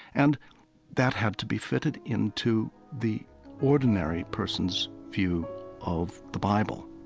and that had to be fitted into the ordinary person's view of the bible